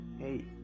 Hey